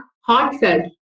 heartfelt